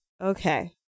Okay